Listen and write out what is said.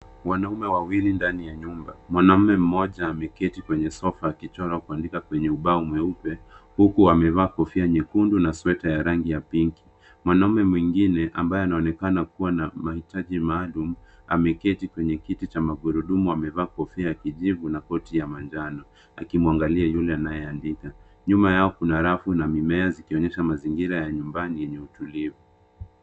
Wanaume wawili ndani ya nyumba. Mwanaume mmoja ameketi kwenye sofa akichora kuandika kwenye ubao mweupe huku amevaa kofia nyekundu na sweta ya rangi ya pinki. Mwanamme mwingine ambaye anaonekana kuwa na mahitaji maalum, ameketi kwenye kiti cha magurudumu, amevaa kofia ya kijivu na koti ya manjano akimwangalia yule anayeandika. Nyuma yao kuna rafu na mimea zikionyesha mazingira ya nyumbani yenye utulivu.